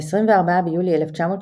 ב-24 ביולי 1930